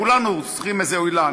כולנו צריכים איזה אילן.